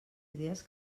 idees